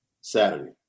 Saturday